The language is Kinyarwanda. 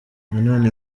nanone